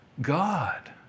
God